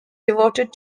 devoted